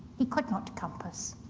he could not compass.